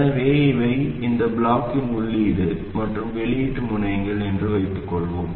எனவே இவை இந்த பிளாக்கின் உள்ளீடு மற்றும் வெளியீட்டு முனையங்கள் என்று வைத்துக்கொள்வோம்